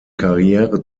karriere